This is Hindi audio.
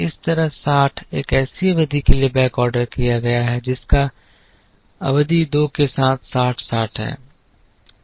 इसी तरह 60 एक ऐसी अवधि के लिए बैकऑर्डर किया गया है जिसकी अवधि दो के साथ 60 60 है